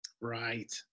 Right